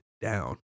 down